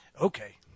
Okay